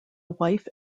wife